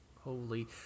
Holy